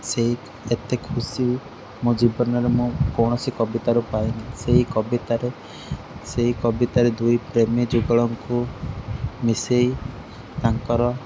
ସେହି ଏତେ ଖୁସି ମୋ ଜୀବନରେ ମୁଁ କୌଣସି କବିତାରୁ ପାଇନି ସେଇ କବିତାରେ ସେଇ କବିତାରେ ଦୁଇ ପ୍ରେମୀ ଯୁଗଳଙ୍କୁ ମିଶେଇ ତାଙ୍କର